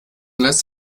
lässt